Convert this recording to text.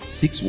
six